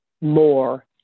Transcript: more